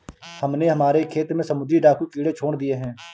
हमने हमारे खेत में समुद्री डाकू कीड़े छोड़ दिए हैं